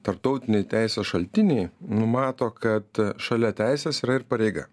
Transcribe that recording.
tarptautiniai teisės šaltiniai numato kad šalia teisės yra ir pareiga